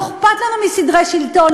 לא אכפת לנו מסדרי שלטון,